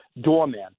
doorman